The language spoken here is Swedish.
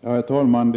Herr talman!